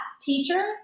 teacher